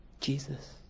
Jesus